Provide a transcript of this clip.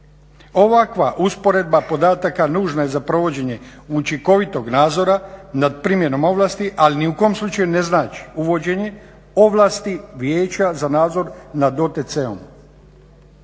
Ovakva usporedba podataka nužna je za provođenje učinkovitog nadzora nad primjenom ovlasti, ali ni u kom slučaju ne znači uvođenje ovlasti Vijeća za nadzor nad OTC-om.